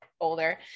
older